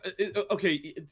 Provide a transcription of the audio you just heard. Okay